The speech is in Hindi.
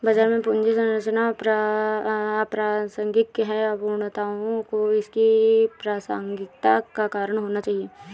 बाजार में पूंजी संरचना अप्रासंगिक है, अपूर्णताओं को इसकी प्रासंगिकता का कारण होना चाहिए